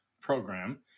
Program